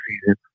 season